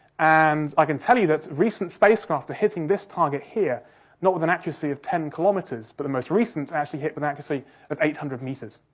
and i can tell you that recent spacecraft are hitting this target here not with an accuracy of ten kilometres, but the most recent actually hit an accuracy of eight hundred metres,